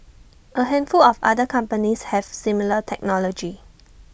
A handful of other companies have similar technology